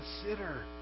consider